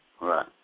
Right